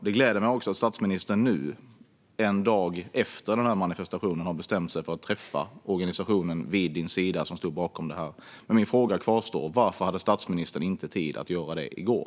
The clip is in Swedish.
Det gläder mig också att statsministern nu, en dag efter manifestationen, har bestämt sig för att träffa organisationen Vid Din Sida som står bakom det här. Min fråga kvarstår. Varför hade statsministern inte tid att göra det i går?